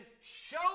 show